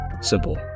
Simple